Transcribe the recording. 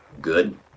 good